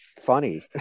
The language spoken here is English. funny